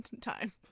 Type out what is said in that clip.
time